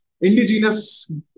indigenous